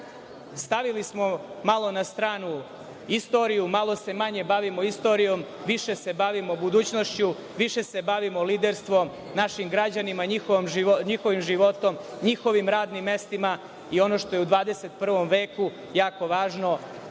Stavili smo malo na stranu istoriju, malo se manje bavimo istorijom, a više se bavimo budućnošću, više se bavimo liderstvom našim građanima, njihovim životima, njihovim radnim mestima. Ono što je u 21. veku jako važno,